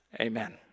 amen